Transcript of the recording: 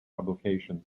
publications